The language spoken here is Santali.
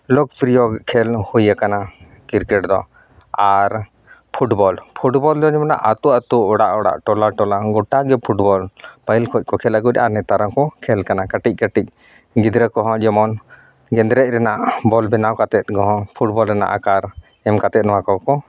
ᱞᱳᱠᱯᱨᱤᱭᱳ ᱠᱷᱮᱹᱞ ᱦᱩᱭᱟᱠᱟᱱᱟ ᱠᱤᱨᱠᱮᱴ ᱫᱚ ᱟᱨ ᱯᱷᱩᱴᱵᱚᱞ ᱯᱷᱩᱴᱵᱚᱱ ᱫᱚᱧ ᱢᱮᱱᱟ ᱟᱹᱛᱩ ᱟᱹᱛᱩ ᱚᱲᱟᱜ ᱚᱲᱟᱜ ᱴᱚᱞᱟ ᱴᱚᱞᱟ ᱜᱚᱴᱟᱜᱮ ᱯᱷᱩᱴᱵᱚᱞ ᱯᱟᱹᱦᱤᱞ ᱠᱷᱚᱱ ᱠᱚ ᱠᱷᱮᱹᱞ ᱟᱹᱜᱩᱭᱮᱫᱟ ᱟᱨ ᱱᱮᱛᱟᱨ ᱦᱚᱸᱠᱚ ᱠᱷᱮᱹᱞ ᱠᱟᱱᱟ ᱠᱟᱹᱴᱤᱡ ᱠᱟᱹᱴᱤᱡ ᱜᱤᱫᱽᱨᱟᱹ ᱠᱚᱦᱚᱸ ᱡᱮᱢᱚᱱ ᱜᱮᱸᱫᱽᱨᱮᱡ ᱨᱮᱱᱟᱜ ᱵᱚᱱ ᱵᱮᱱᱟᱣ ᱠᱟᱛᱮᱫ ᱠᱚᱦᱚᱸ ᱯᱷᱩᱴᱵᱚᱞ ᱨᱮᱱᱟᱜ ᱟᱠᱟᱨ ᱮᱢ ᱠᱟᱛᱮᱫ ᱱᱚᱣᱟ ᱠᱚ ᱠᱚ